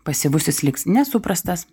pasyvusis liks nesuprastas